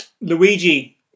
Luigi